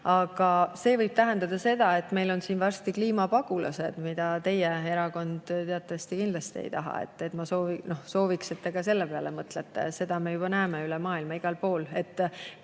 aga see võib tähendada seda, et meil on siin varsti kliimapagulased, mida teie erakond teatavasti kindlasti ei taha. Ma sooviks, et te ka selle peale mõtlete. Seda me juba näeme üle maailma igal pool.